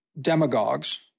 demagogues